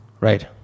Right